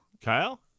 Kyle